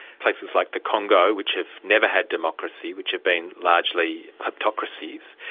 places like the congo which have never had democracy, which have been largely kleptocracies.